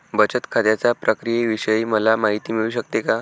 बचत खात्याच्या प्रक्रियेविषयी मला माहिती मिळू शकते का?